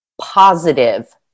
positive